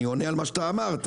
אני עונה על מה שאתה אמרת.